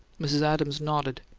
mrs. adams nodded.